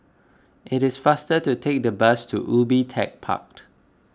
it is faster to take the bus to Ubi Tech Park